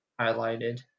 highlighted